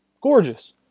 Gorgeous